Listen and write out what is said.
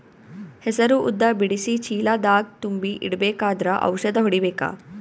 ಹೆಸರು ಉದ್ದ ಬಿಡಿಸಿ ಚೀಲ ದಾಗ್ ತುಂಬಿ ಇಡ್ಬೇಕಾದ್ರ ಔಷದ ಹೊಡಿಬೇಕ?